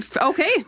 Okay